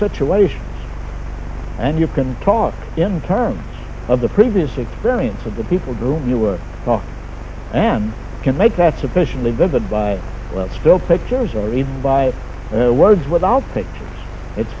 situation and you can talk in terms of the previous experience of the people do you work and can make that sufficiently vivid by still pictures or even by words without pictures it's